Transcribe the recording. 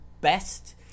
best